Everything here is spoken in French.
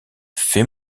fait